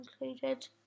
included